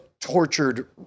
tortured